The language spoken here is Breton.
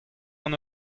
hon